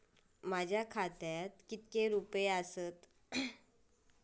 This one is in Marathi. माझ्या खात्यात कितके रुपये आसत?